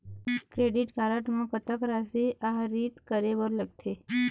Credit card म कतक राशि आहरित करे बर लगथे?